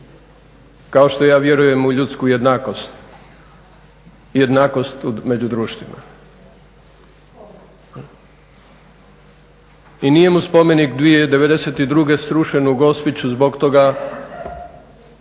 kao što ja vjerujem u ljudsku jednakost, jednakost među društvima. I nije mu spomenik '92. srušen u Gospiću zbog toga